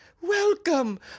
Welcome